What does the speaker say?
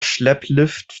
schlepplift